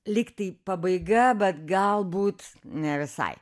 lygtai pabaiga bet galbūt ne visai